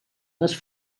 les